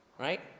Right